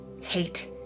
hate